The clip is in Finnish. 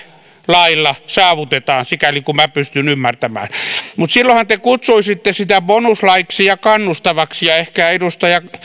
lailla saavutetaan sikäli kuin minä pystyn ymmärtämään mutta silloinhan te kutsuisitte sitä bonuslaiksi ja kannustavaksi ja ehkä edustaja